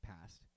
past